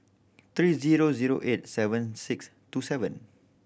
three zero zero eight seven six two seven